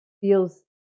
feels